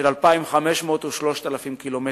של 2,500 ו-3,000 קילומטר,